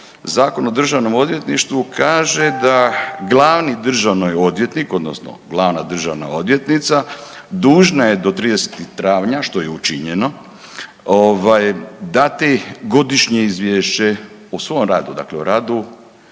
Zakona o državnom odvjetništvu kaže da glavni državni odvjetnik odnosno glavna državna odvjetnica dužna je do 30. travnja, što je i učinjeno, dati godišnje izvješće o svom radu dakle o radu